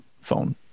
phone